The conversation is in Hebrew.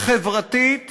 חברתית